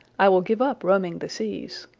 i will give up roaming the seas.